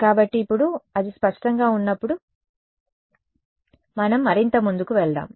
కాబట్టి ఇప్పుడు అది స్పష్టంగా ఉన్నప్పుడు మనం మరింత ముందుకు వెళ్దాం